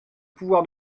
pouvoir